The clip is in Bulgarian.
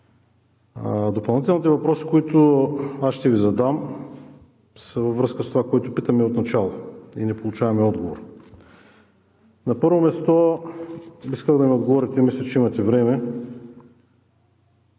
Допълнителните въпроси, които ще Ви задам, са във връзка с това, което питаме отначало и не получаваме отговор. На първо място, искам да ми отговорите – мисля, че имате време,